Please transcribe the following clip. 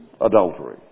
adultery